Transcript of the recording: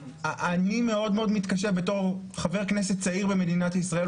אני אומר לך להבא אני מאד מאד מתקשה בתור חבר כנסת צעיר במדינת ישראל,